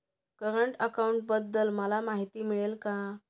Current अकाउंटबद्दल मला माहिती मिळेल का?